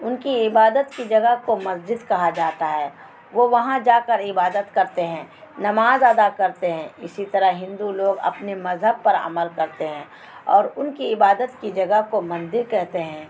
ان کی عبادت کی جگہ کو مسجد کہا جاتا ہے وہ وہاں جا کر عبادت کرتے ہیں نماز ادا کرتے ہیں اسی طرح ہندو لوگ اپنے مذہب پر عمل کرتے ہیں اور ان کی عبادت کی جگہ کو مندر کہتے ہیں